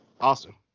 Awesome